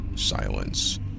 Silence